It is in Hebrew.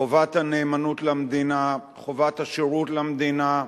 חובת הנאמנות למדינה, חובת השירות למדינה,